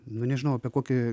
nu nežinau apie kokią